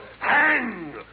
hang